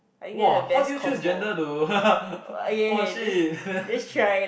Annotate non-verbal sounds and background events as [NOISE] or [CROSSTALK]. !wah! how do you choose gender though [LAUGHS] !wah shit! then